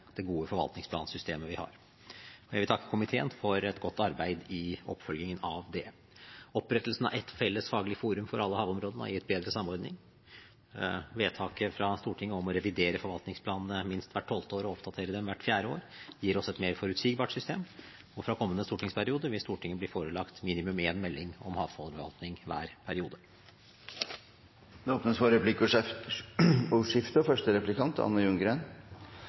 det gode forvaltningsplansystemet vi har. Jeg vil takke komiteen for et godt arbeid i oppfølgingen av det. Opprettelsen av ett felles faglig forum for alle havområdene har gitt bedre samordning. Vedtaket fra Stortinget om å revidere forvaltningsplanene minst hvert tolvte år og oppdatere dem hvert fjerde år gir oss et mer forutsigbart system, og fra kommende stortingsperiode vil Stortinget bli forelagt minimum én melding om havforvaltning i hver periode. Det blir replikkordskifte. I forvaltningsplanen blir områdene Froan, Sularevet og